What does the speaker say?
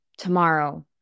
tomorrow